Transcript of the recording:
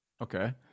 Okay